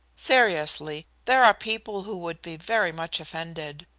seriously, there are people who would be very much offended.